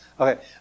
Okay